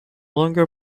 longer